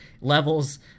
levels